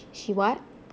she what